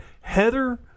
Heather